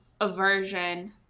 aversion